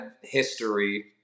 history